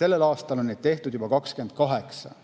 Sellel aastal on neid tehtud juba 28,